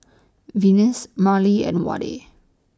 Venice Marley and Wade